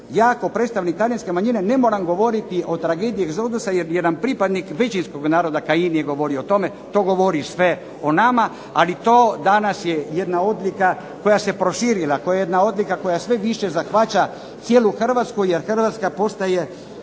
ja kao predstavnik talijanske manjine ne moram govoriti o tragediji egzodusa jer jedan pripadnik većinskog naroda, Kajin je govorio o tome, to govori sve o nama, ali to danas je jedna odlika koja se proširila, to je jedna odlika koja sve više zahvaća cijelu Hrvatsku jer Hrvatska postaje,